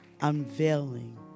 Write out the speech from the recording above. unveiling